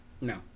No